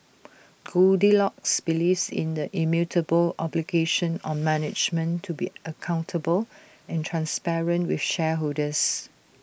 goldilocks believes in the immutable obligation on management to be accountable and transparent with shareholders